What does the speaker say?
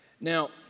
Now